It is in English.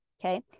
Okay